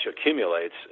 accumulates